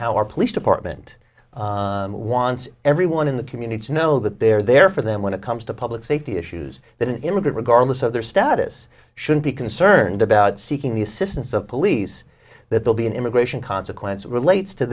how our police department wants everyone in the community to know that they're there for them when it comes to public safety issues that an immigrant regardless of their status should be concerned about seeking the assistance of police that will be an immigration consequence relates to